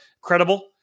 credible